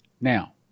now